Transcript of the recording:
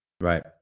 Right